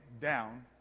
down